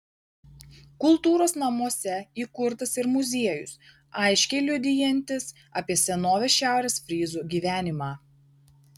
kultūros namuose įkurtas ir muziejus aiškiai liudijantis apie senovės šiaurės fryzų gyvenimą